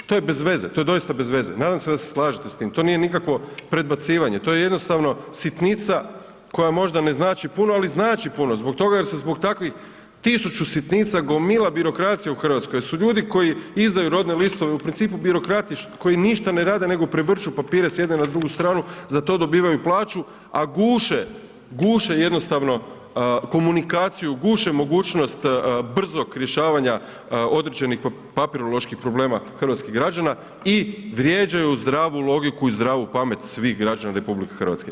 To je bezveze, to je doista bezveze, nadam se da se slažete s tim, to nije nikakvo predbacivanje, to je jednostavno sitnica koja možda ne znači puno znači ali znači puno zbog toga jer se zbog takvih tisuću sitnica gomila birokracija u Hrvatskoj, jer su ljudi koji izdaju rodne listove u principu birokrati koji ništa ne rade nego prevrću papire s jedne na drugu stranu, za to dobivaju plaću a guše jednostavno komunikaciju, guše mogućnost brzog rješavanja određenih papiroloških problema hrvatskih građana i vrijeđaju zdravu logiku i zdravu pamet svih građana RH.